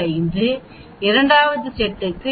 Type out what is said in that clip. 45 இரண்டாவது செட்டுக்கு 89